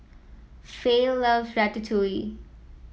Fay love Ratatouille